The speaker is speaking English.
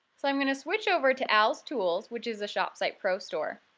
so i'm going to switch over to al's tools, which is a shopsite pro store.